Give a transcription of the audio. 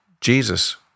Jesus